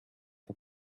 for